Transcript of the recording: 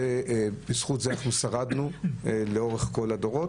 בזכות זה שרדנו לאורך כל הדורות,